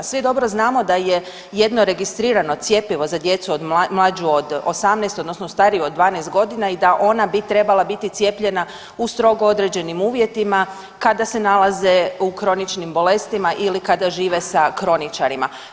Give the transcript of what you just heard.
Svi dobro znamo da je jedno registrirano cjepivo za djecu mlađu od 18, odnosno stariju od 12 godina i da ona bi trebala biti cijepljena u strogo određenim uvjetima kada se nalaze u kroničnim bolestima ili kada žive sa kroničarima.